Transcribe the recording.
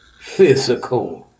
physical